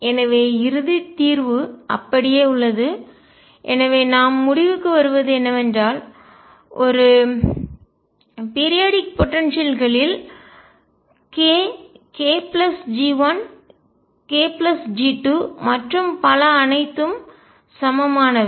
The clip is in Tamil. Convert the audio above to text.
எனவே இறுதி தீர்வு அப்படியே உள்ளது எனவே நாம் முடிவுக்கு வருவது என்னவென்றால் ஒரு பீரியாடிக் போடன்சியல்களில் குறிப்பிட்ட கால இடைவெளி ஆற்றல் k kG1 kG2 மற்றும் பல அனைத்தும் சமமானவை